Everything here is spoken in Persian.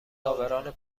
عابران